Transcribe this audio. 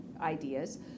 ideas